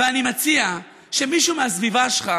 ואני מציע שמישהו מהסביבה שלך